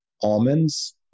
almonds